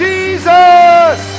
Jesus